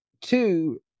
two